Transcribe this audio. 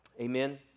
Amen